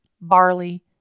barley